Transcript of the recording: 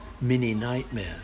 mini-nightmare